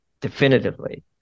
definitively